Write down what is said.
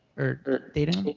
or dating